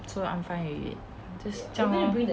so I'm fine with it just 这样 lor